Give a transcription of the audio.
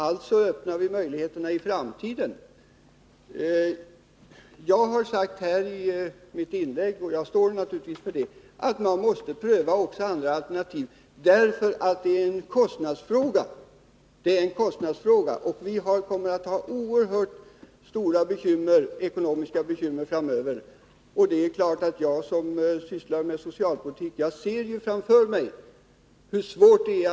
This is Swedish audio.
Alltså öppnar vi möjligheterna i framtiden för ett utländskt plan. Jag har sagt i mitt inlägg — och står naturligtvis för det — att man måste pröva också andra alternativ. Det är en kostnadsfråga, och vi kommer att ha oerhört stora ekonomiska bekymmer framöver. Jag som sysslar med socialpolitik ser framför mig hur svårt det är.